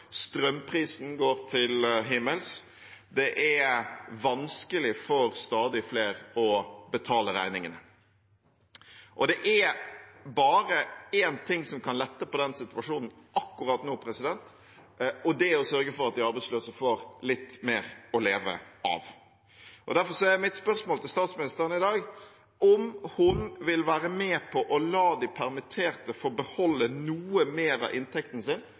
strømprisen går til himmels. Det er vanskelig for stadig flere å betale regningene. Det er bare én ting som kan lette på den situasjonen akkurat nå, og det er å sørge for at de arbeidsløse får litt mer å leve av. Derfor er mitt spørsmål til statsministeren i dag om hun vil være med på å la de permitterte få beholde noe mer av inntekten sin